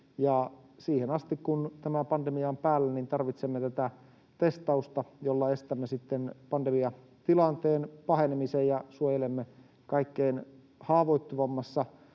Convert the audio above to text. niin kauan kuin tämä pandemia on päällä, tarvitsemme testausta, jolla estämme pandemiatilanteen pahenemisen ja suojelemme kaikkein haavoittuvimmassa